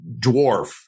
dwarf